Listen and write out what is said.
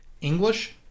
English